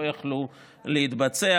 לא יכלו להתבצע,